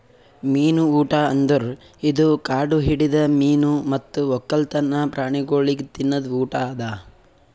ಮೀನು ಊಟ ಅಂದುರ್ ಇದು ಕಾಡು ಹಿಡಿದ ಮೀನು ಮತ್ತ್ ಒಕ್ಕಲ್ತನ ಪ್ರಾಣಿಗೊಳಿಗ್ ತಿನದ್ ಊಟ ಅದಾ